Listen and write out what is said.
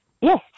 Yes